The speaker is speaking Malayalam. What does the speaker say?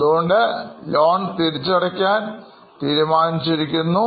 അതുകൊണ്ട് ലോൺ തിരിച്ചടയ്ക്കാൻ തീരുമാനിച്ചിരിക്കുന്നു